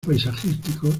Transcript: paisajísticos